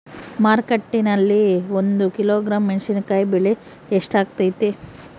ಮಾರುಕಟ್ಟೆನಲ್ಲಿ ಒಂದು ಕಿಲೋಗ್ರಾಂ ಮೆಣಸಿನಕಾಯಿ ಬೆಲೆ ಎಷ್ಟಾಗೈತೆ?